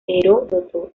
heródoto